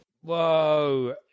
Whoa